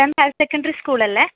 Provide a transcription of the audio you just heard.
BEM higher secondary school അല്ലേ